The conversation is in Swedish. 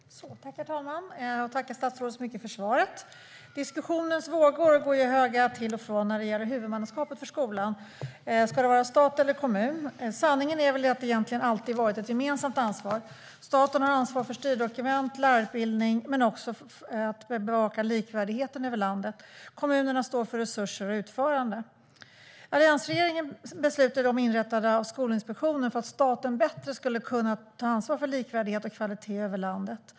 Herr talman! Jag tackar statsrådet så mycket för svaret. Diskussionens vågor går till och från höga när det gäller huvudmannaskapet för skolan. Ska det vara stat eller kommun? Sanningen är väl att det egentligen alltid har varit ett gemensamt ansvar. Staten har ansvar för styrdokument, lärarutbildning och för att bevaka likvärdigheten över landet. Kommunerna står för resurser och utförande. Alliansregeringen beslutade om inrättande av Skolinspektionen för att staten bättre skulle kunna ta ansvar för likvärdighet och kvalitet över landet.